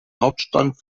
hauptstadt